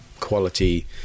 Quality